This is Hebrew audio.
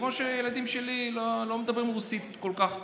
כמו שהילדים שלי לא מדברים רוסית כל כך טוב,